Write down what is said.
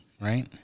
right